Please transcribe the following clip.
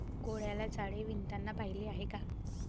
कोळ्याला जाळे विणताना पाहिले आहे का?